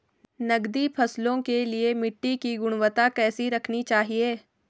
नकदी फसलों के लिए मिट्टी की गुणवत्ता कैसी रखनी चाहिए?